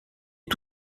est